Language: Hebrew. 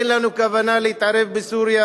אין לנו כוונה להתערב בסוריה